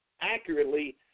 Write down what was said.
accurately